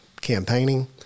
campaigning